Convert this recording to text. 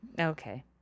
Okay